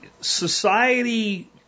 society